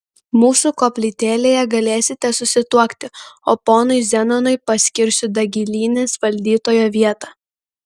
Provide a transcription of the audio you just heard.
mūsų koplytėlėje galėsite susituokti o ponui zenonui paskirsiu dagilynės valdytojo vietą